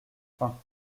fins